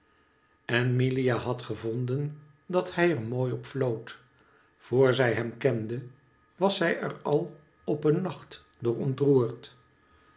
en milia had gevonden dat hij er mooi op fioot voor zij hem kende was zij er al op een nacht door ontroerd